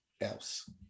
else